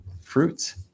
Fruits